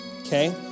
okay